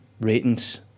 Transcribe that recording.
ratings